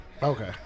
Okay